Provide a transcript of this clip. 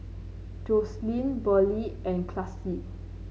Joselyn Burley and Classie